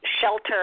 shelter